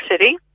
City